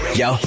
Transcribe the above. yo